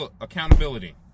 accountability